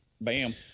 Bam